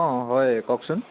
অঁ হয় কওকচোন